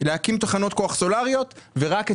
להקים תחנות כוח סולריות ורק התחלנו.